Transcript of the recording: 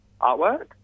artwork